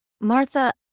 Martha